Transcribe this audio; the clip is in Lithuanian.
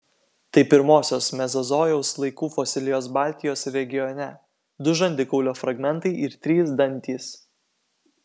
tai pirmosios mezozojaus laikų fosilijos baltijos regione du žandikaulio fragmentai ir trys dantys